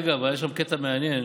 אגב, היה שם קטע מעניין,